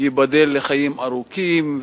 ייבדל לחיים ארוכים,